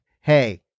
hey